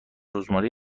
رزماری